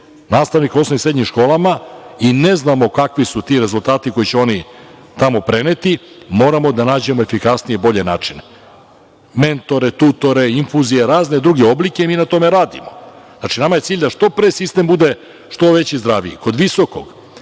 nastavnika u osnovnim i srednjim školama, i ne znamo kakvi su ti rezultati koje će oni tamo preneti, moramo da nađemo efikasnije i bolje načine, mentore, tutore, infuzije razne druge oblike. Mi na tome radimo. Znači, nama je cilj da što pre sistem bude što veći i zdraviji. Kod visokog,